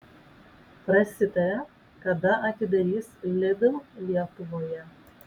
prasitarė kada atidarys lidl lietuvoje